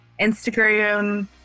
Instagram